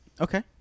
Okay